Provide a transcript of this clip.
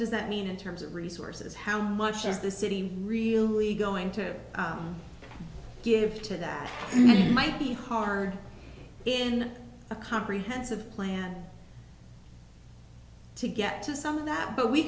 does that mean in terms of resources how much is the city really going to give to that might be hard in a comprehensive plan to get to some of that but we